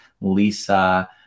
Lisa